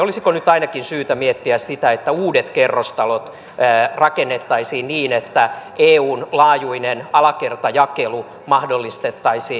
olisiko nyt syytä ainakin miettiä sitä että uudet kerrostalot rakennettaisiin niin että eun laajuinen alakertajakelu mahdollistettaisiin